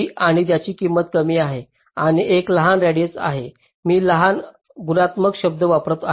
आणि ज्याची किंमत कमी आहे आणि लहान रेडिएस आहे मी लहान एक गुणात्मक शब्द वापरत आहे